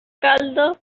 caldo